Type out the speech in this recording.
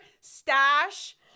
stash